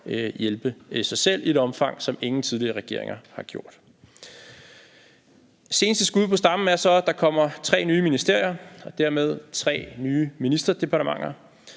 hjælpe sig selv i et omfang, som ingen tidligere regeringer har gjort. Kl. 14:13 Seneste skud på stammen er så, at der kommer tre nye ministerier og dermed tre nye ministerdepartementer,